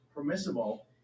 permissible